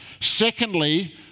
Secondly